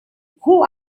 who